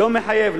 לא מחייב,